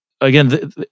again